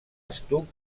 estuc